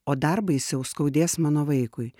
o dar baisiau skaudės mano vaikui